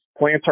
plantar